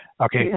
okay